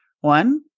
One